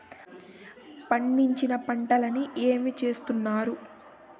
పండించిన పంటలని ఏమి చేస్తున్నారు?